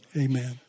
Amen